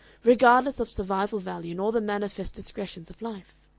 regardless of survival value and all the manifest discretions of life?